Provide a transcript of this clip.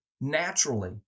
naturally